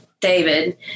David